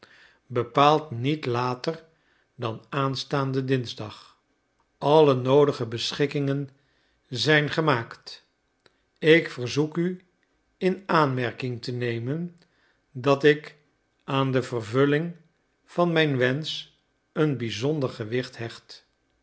bepaald niet later dan aanstaanden dinsdag alle noodige beschikkingen zijn gemaakt ik verzoek u in aanmerking te nemen dat ik aan de vervulling van mijn wensch een bizonder gewicht hecht